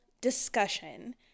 discussion